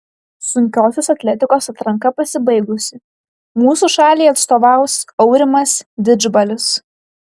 sunkiosios atletikos atranka pasibaigusi mūsų šaliai atstovaus aurimas didžbalis